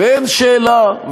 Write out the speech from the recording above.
ואין שאלה,